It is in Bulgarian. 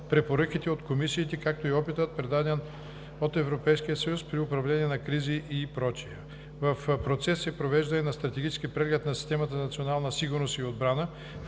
препоръките от комисиите, както и опитът, предаден от Европейския съюз при управление на кризи и прочее. В процес е провеждане на стратегически преглед на системата за национална сигурност и отбрана,